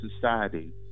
society